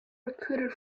recruited